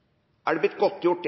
av regjeringa, blitt godtgjort.